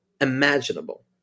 imaginable